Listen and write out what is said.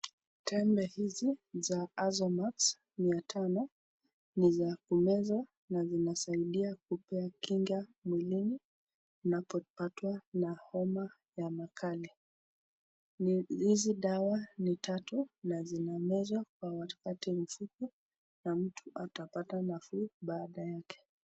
Tembe hizi za AZOMAX mia tano ni za kumeza na inasaidia kupea kinga mwilini unapopatwa na homa ya makali. Hizi dawa ni tatu na zinamezwa kwa wakati mfupi na mtu atapata nafuu baada yake.